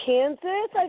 Kansas